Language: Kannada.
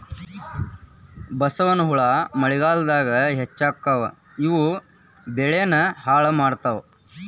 ಬಸವನಹುಳಾ ಮಳಿಗಾಲದಾಗ ಹೆಚ್ಚಕ್ಕಾವ ಇವು ಬೆಳಿನ ಹಾಳ ಮಾಡತಾವ